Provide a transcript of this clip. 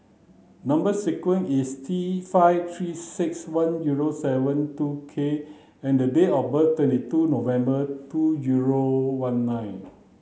number sequence is T five three six one zero seven two K and date of birth is twenty two November two zero one nine